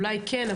אולי כן,